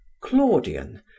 Claudian